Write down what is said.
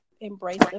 embrace